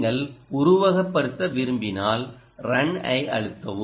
நீங்கள் உருவகப்படுத்த விரும்பினால் 'Run' ஜ அழுத்தவும்